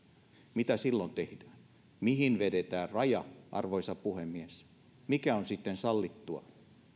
mitä silloin tehdään mihin vedetään raja arvoisa puhemies mikä on sitten sallittua